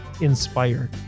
inspired